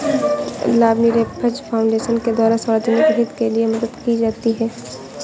लाभनिरपेक्ष फाउन्डेशन के द्वारा सार्वजनिक हित के लिये मदद दी जाती है